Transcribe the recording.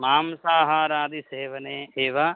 मांसाहारादिसेवने एव